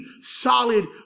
solid